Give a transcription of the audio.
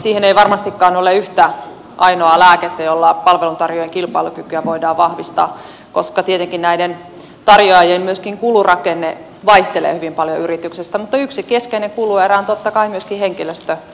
siihen ei varmastikaan ole yhtä ainoaa lääkettä millä palveluntarjoajien kilpailukykyä voidaan vahvistaa koska tietenkin myöskin näiden tarjoajien kulurakenne vaihtelee hyvin paljon eri yrityksissä mutta yksi keskeinen kuluerä on totta kai myöskin henkilöstömenot